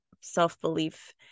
Self-belief